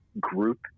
group